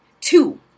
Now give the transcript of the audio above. Two